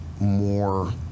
more